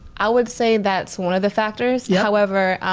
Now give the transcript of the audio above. i would say that's one of the factors. yeah however,